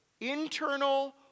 internal